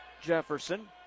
Jefferson